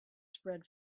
spread